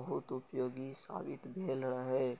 बहुत उपयोगी साबित भेल रहै